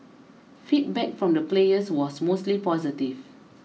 feedback from the players was mostly positive